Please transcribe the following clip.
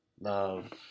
love